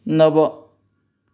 नव